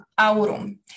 aurum